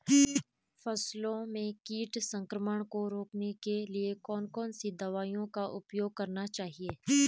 फसलों में कीट संक्रमण को रोकने के लिए कौन कौन सी दवाओं का उपयोग करना चाहिए?